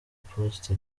poste